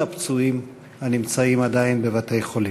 הפצועים הנמצאים עדיין בבתי-החולים.